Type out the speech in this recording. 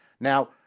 Now